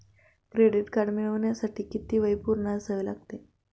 Credit card मिळवण्यासाठी किती वय पूर्ण असावे लागते?